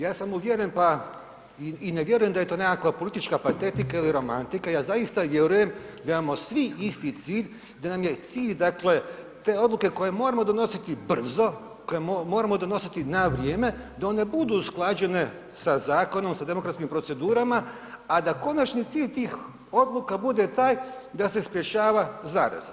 Ja sam uvjeren, pa i ne vjerujem da je to nekakva politička patetika ili romantika, ja zaista vjerujem da imamo svi isti cilj, da nam je cilj, dakle te odluke koje moramo donositi brzo, koje moramo donositi na vrijeme, da one budu usklađene sa zakonom, sa demokratskim procedurama, a da konačni cilj tih odluka bude taj da se sprječava zaraza.